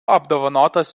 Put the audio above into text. apdovanotas